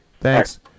Thanks